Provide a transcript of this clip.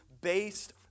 based